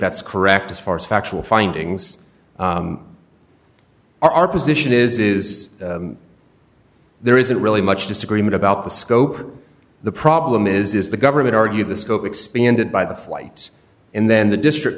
that's correct as far as factual findings are our position is is there isn't really much disagreement about the scope of the problem is the government argued the scope expanded by the flights and then the district